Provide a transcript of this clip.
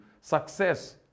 success